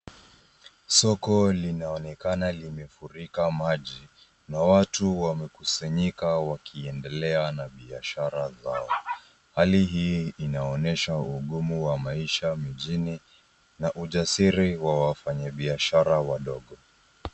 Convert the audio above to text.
Soko linaonekana limefurika maji na watu wamekusanyika wakienedelea na biashara zao. Hali hii inaonyesha ugumu wa maisha mjini na ujasiri wa wafanyi biashara wadogo.